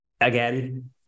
again